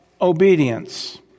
obedience